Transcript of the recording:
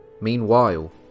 Meanwhile